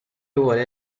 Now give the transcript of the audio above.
vuole